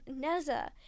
Neza